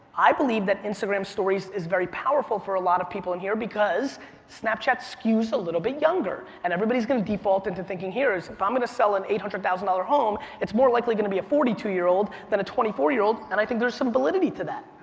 i believe that instagram stories is very powerful for a lot of people in here because snapchat skews a little bit younger and everybody's gonna default into thinking here is if i'm gonna sell a and eight hundred thousand dollars home, it's more likely gonna be a forty two year old than a twenty four year old and i think there's some validity to that.